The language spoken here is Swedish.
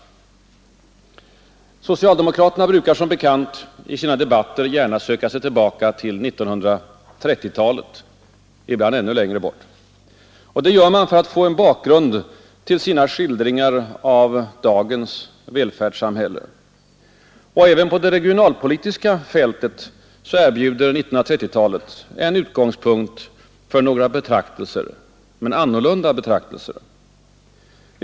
Socialdemokraterna brukar som bekant i sina debatter gärna söka sig tillbaka till 1930-talet — ibland ännu längre tillbaka. Det gör de för att få en bakgrund till sina skildringar av dagens välfärdssamhälle. Och även på det regionalpolitiska fältet erbjuder 1930-talet en utgångspunkt för några betraktelser, men annorlunda betraktelser.